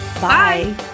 Bye